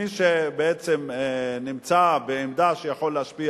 שמי שבעצם נמצא בעמדה שהוא יכול להשפיע